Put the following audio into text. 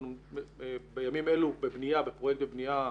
אנחנו בימים אלה בפרויקט בבנייה,